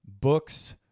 books –